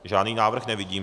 Žádný návrh nevidím.